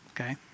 okay